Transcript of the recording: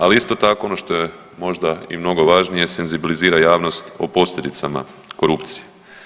Ali isto tako ono što je možda i mnogo važnije, senzibilizira javnost o posljedicama korupcije.